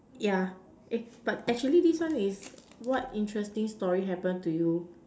yeah it's but actually this one is what interesting story happen to you